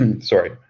sorry